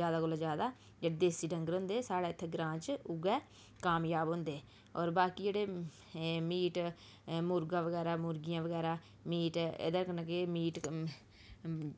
ज्यादा कोला ज्यादा जेह्ड़े देसी डंगर होंदे साढ़ै इत्थें ग्रांऽ च उऐ कामज़ाब होंदे होर बाकी जेह्ड़े एह् मीट मुर्गा बगैरा मुर्गियां बगैरा मीट एह्दे कन्नै के मीट